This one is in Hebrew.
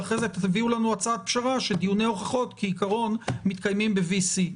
ואחרי זה אתם תביאו לנו הצעת פשרה שדיוני הוכחות כעיקרון מתקיימים ב-VC,